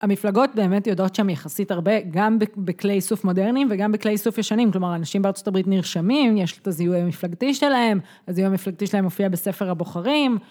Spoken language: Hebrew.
המפלגות באמת יודעות שם יחסית הרבה, גם בכלי איסוף מודרני וגם בכלי איסוף ישנים, כלומר אנשים בארה״ב נרשמים, יש את הזיהוי המפלגתי שלהם, הזיהוי המפלגתי שלהם מופיע בספר הבוחרים